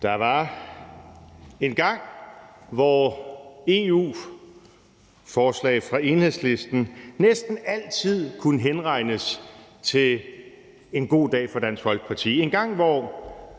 Der var engang, hvor EU-forslag fra Enhedslisten næsten altid kunne henregnes til en god dag for Dansk Folkeparti,